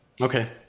Okay